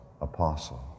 Apostle